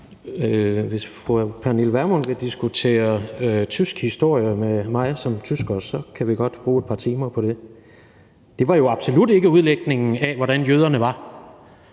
Hvis fru Pernille Vermund vil diskutere tysk historie med mig som tysker, kan vi godt bruge et par timer på det. Det var jo absolut ikke udlægningen af, hvordan jøderne var.